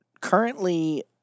currently